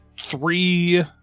three